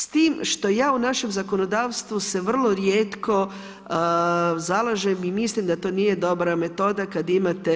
S tim što ja u našem zakonodavstvu se vrlo rijetko zalažem i mislim da to nije dobra metoda kada imate